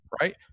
right